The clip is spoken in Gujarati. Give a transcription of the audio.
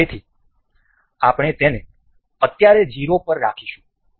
તેથી આપણે તેને અત્યારે 0 પર રાખીશું